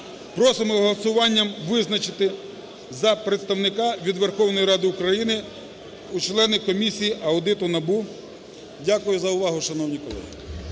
Просимо голосуванням визначити за представника від Верховної Ради України у члени комісії аудиту НАБУ. Дякую за увагу, шановні колеги.